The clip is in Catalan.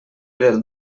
del